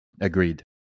Agreed